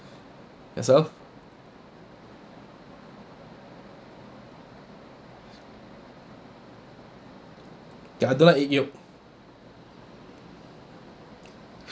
guess so ya I don't like eat yolk